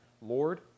Lord